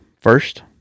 first